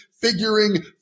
figuring